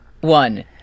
one